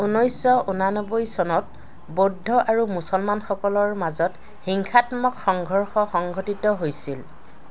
ঊনৈছশ ঊননবৈ চনত বৌদ্ধ আৰু মুছলমানসকলৰ মাজত হিংসাত্মক সংঘৰ্ষ সংঘটিত হৈছিল